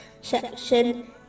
section